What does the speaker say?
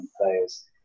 players